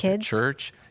church